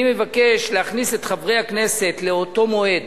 אני מבקש להכניס את חברי הכנסת לאותו מועד.